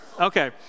Okay